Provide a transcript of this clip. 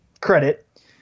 credit